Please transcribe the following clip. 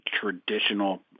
traditional